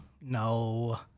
No